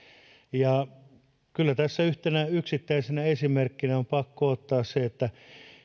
ja kyllä tässä yhtenä yksittäisenä esimerkkinä on pakko ottaa se että